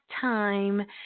time